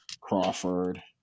Crawford